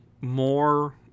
more